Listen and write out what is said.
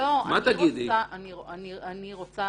אני רוצה